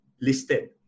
listed